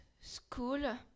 School